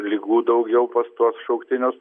ligų daugiau pas tuos šauktinius